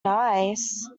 nice